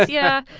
ah yeah.